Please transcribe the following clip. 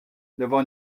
d’avoir